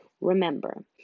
remember